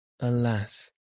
Alas